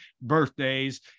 birthdays